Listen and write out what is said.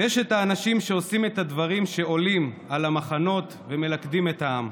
ויש את האנשים שעושים את הדברים שעולים על המחנות ומלכדים את העם,